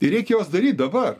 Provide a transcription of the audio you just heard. ir reikia juos daryt dabar